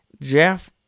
Jeff